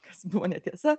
kas buvo netiesa